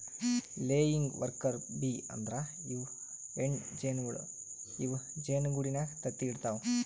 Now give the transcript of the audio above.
laying worker bee ಅಂದ್ರ ಇವ್ ಹೆಣ್ಣ್ ಜೇನಹುಳ ಇವ್ ಜೇನಿಗೂಡಿನಾಗ್ ತತ್ತಿ ಇಡತವ್